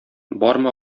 бармы